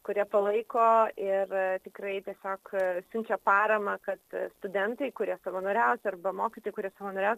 kurie palaiko ir tikrai tiesiog siunčia paramą kad studentai kurie savanoriaus arba mokytojai kurie savanoriaus